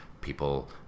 people